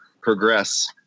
progress